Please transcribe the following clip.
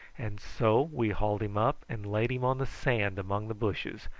and so we hauled him up and laid him on the sand among the bushes,